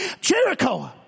Jericho